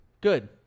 Good